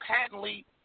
patently